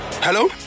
Hello